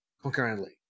concurrently